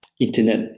Internet